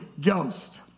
Ghost